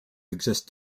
exist